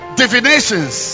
divinations